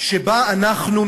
שבה אנחנו,